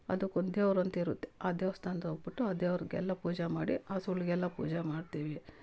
ಅದಕ್ಕೊಂದು ದೇವರು ಅಂತಿರುತ್ತೆ ಆ ದೇವಸ್ಥಾನ್ದ್ ಹೋಗ್ಬಿಟ್ಟು ಆ ದೇವ್ರಿಗೆಲ್ಲ ಪೂಜೆ ಮಾಡಿ ಹಸುಳ್ಗೆಲ್ಲ ಪೂಜೆ ಮಾಡ್ತಿವಿ